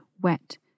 wet